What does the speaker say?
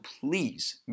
please